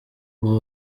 ubu